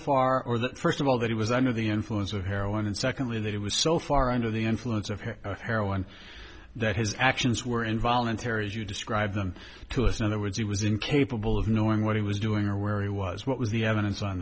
far that first of all that he was under the influence of heroin and secondly that it was so far under the influence of her heroin that his actions were involuntary as you describe them to us in other words he was incapable of knowing what he was doing or where he was what was the evidence on